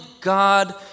God